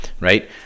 right